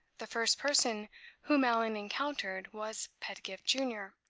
the first person whom allan encountered was pedgift junior,